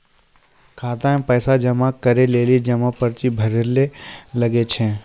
खाता मे पैसा जमा करै लेली जमा पर्ची भरैल लागै छै